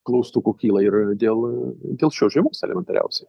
klaustukų kyla ir dėl dėl šios žiemos elementariausiai